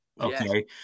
okay